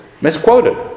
misquoted